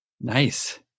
Nice